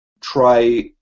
try